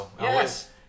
yes